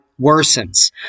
worsens